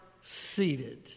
seated